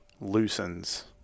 loosens